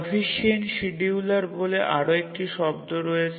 proficient scheduler বলে আরও একটি শব্দ রয়েছে